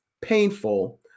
Painful